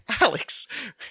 Alex